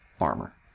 armor